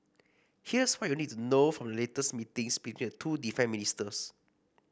here's what you need to know from the latest meetings between the two defence ministers